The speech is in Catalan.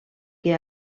que